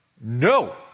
No